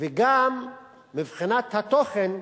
גם מבחינת התוכן,